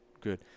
good